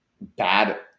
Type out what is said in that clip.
bad